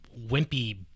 wimpy